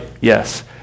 Yes